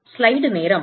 ம்